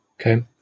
Okay